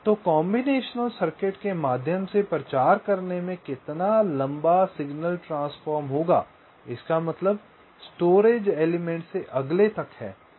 तो combination circuit के माध्यम से प्रचार करने में कितना लंबा सिग्नल ट्रांसफ़ॉर्म होगा इसका मतलब 1 स्टोरेज एलिमेंट से अगले तक है